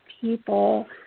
people